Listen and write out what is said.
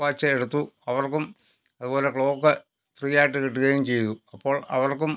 watch എടുത്തു അവർക്കും അതുപോലെ ക്ലോക്ക് ഫ്രീ ആയിട്ട് കിട്ടുകയും ചെയ്തു അപ്പോൾ അവർക്കും